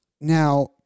Now